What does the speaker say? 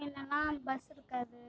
என்னனா பஸ்ஸு இருக்காது